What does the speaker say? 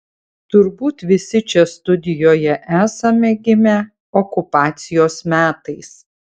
turbūt visi čia studijoje esame gimę okupacijos metais